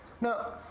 Now